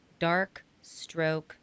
darkstroke